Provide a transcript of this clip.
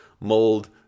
mold